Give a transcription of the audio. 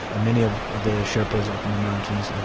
ah many of the sherpas up in the mountains, and